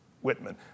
Whitman